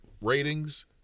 ratings